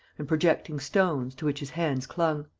and projecting stones, to which his hands clung.